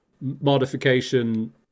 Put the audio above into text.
modification